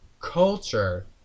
culture